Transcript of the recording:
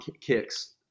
Kicks